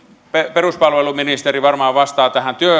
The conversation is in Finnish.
peruspalveluministeri varmaan vastaa tähän